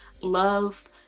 love